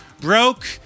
Broke